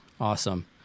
Awesome